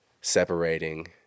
separating